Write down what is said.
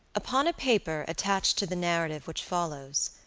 upon a paper attached to the narrative which follows,